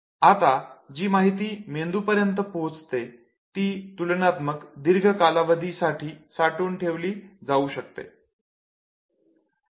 आता जी माहिती मेंदू पर्यंत पोहचते ती तुलनात्मक दीर्घ कालावधीसाठी साठवून ठेवली जाऊ शकते